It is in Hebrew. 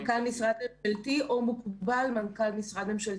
מנכ"ל משרד ממשלתי או מוקבל משרד ממשלתי.